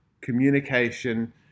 communication